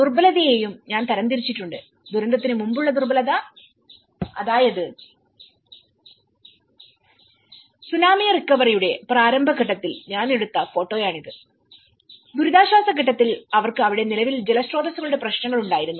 ദുർബലതയെയും ഞാൻ തരം തിരിച്ചിട്ടുണ്ട് ദുരന്തത്തിന് മുമ്പുള്ള ദുബലത അതായത് സുനാമി റിക്കവറിയുടെ പ്രാരംഭ ഘട്ടത്തിൽ ഞാൻ എടുത്ത ഫോട്ടോയാണിത്ദുരിതാശ്വാസ ഘട്ടത്തിൽ അവർക്ക് അവിടെ നിലവിൽ ജലസ്രോതസ്സുകളുടെ പ്രശ്നങ്ങൾ ഉണ്ടായിരുന്നു